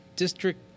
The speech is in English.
District